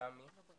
מטעם מי?